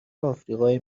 آفریقای